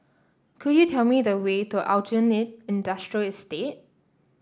could you tell me the way to Aljunied Industrial Estate